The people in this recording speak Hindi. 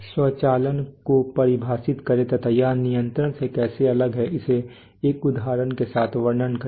स्वचालन को परिभाषित करें तथा यह नियंत्रण से कैसे अलग है उसे एक उदाहरण के साथ वर्णन करें